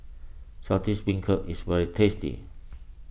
Saltish Beancurd is very tasty